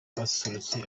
basusurutsa